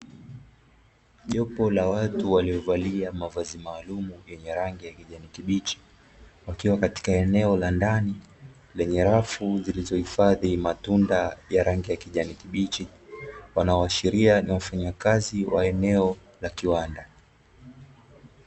Jopo la watu waliovalia mavazi maalumu yenye rangi ya kijani kibichi, wakiwa katika eneo la ndani lenye rafu zilizohifadhi matunda ya rangi ya kijani kibichi, wanaoashiria ni wafanyakazi wa eneo la kiwanda.